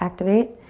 activate.